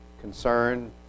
concern